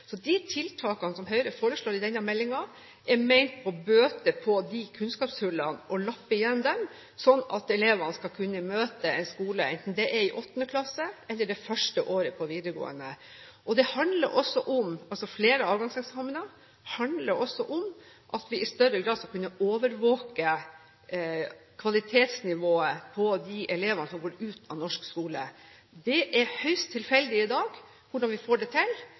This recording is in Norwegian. De tiltakene som Høyre foreslår i forbindelse med denne meldingen, er ment å bøte på kunnskapshullene og lappe på dem, sånn at elevene skal kunne møte en slik skole, enten det er i 8. klasse eller det første året på videregående. Flere avgangseksamener handler også om at vi i større grad skal kunne overvåke kvalitetsnivået på de elevene som går ut av norsk skole. Det er høyst tilfeldig i dag hvordan vi får det til,